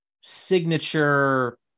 signature